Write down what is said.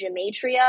gematria